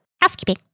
Housekeeping